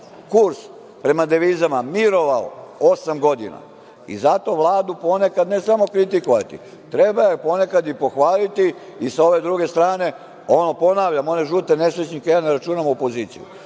kurs prema devizama mirovao osam godina. I zato Vladu ponekad treba ne samo kritikovati, nego je ponekad i pohvaliti i sa ove druge strane. Ponavljam, one žute nesrećnike ja ne računam u opoziciju.